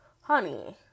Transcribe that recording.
honey